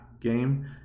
game